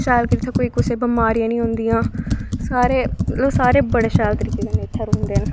शैल करी इत्थै कोई कुसै बमारियां नी होंदियां सारे बड़े शैल करीके कन्नै इत्थै रौंह्दे न